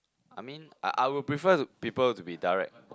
I mean I I would prefer people to be direct